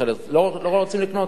חלק לא רוצים לקנות,